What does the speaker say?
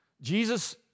Jesus